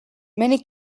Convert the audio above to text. many